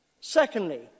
Secondly